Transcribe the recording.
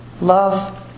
Love